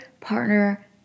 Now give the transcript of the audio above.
partner